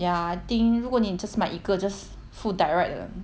ya I think 如果你 just 买一个 just 付 direct 的